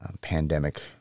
pandemic